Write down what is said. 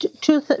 two